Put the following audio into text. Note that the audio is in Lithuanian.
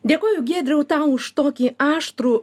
dėkoju giedriau tau už tokį aštrų